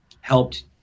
helped